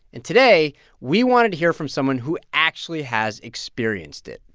and today we wanted to hear from someone who actually has experienced it.